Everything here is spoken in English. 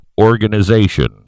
Organization